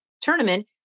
tournament